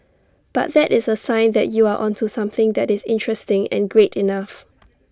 but that is A sign that you are onto something that is interesting and great enough